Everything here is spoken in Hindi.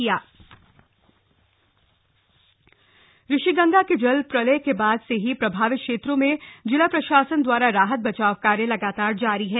चमोली आपदा अपडेट ऋषि गंगा के जल प्रलय के बाद से ही प्रभावित क्षेत्र में जिला प्रशासन द्वारा राहत बचाव कार्य लगातार जारी है